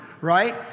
right